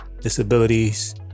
disabilities